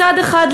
מצד אחד,